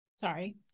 sorry